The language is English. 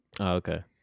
Okay